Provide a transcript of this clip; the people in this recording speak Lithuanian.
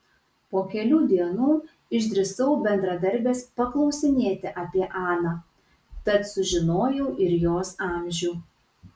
po kelių dienų išdrįsau bendradarbės paklausinėti apie aną tad sužinojau ir jos amžių